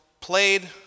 played